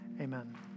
Amen